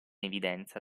evidenza